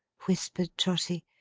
whispered trotty.